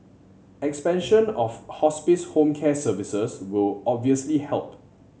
expansion of hospice home care services will obviously help